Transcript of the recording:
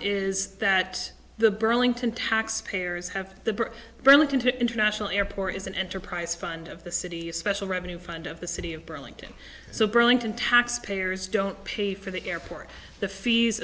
is that the burlington taxpayers have the ability to international airport is an enterprise fund of the city special revenue fund of the city of burlington so burlington taxpayers don't pay for the airport the fees